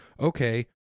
Okay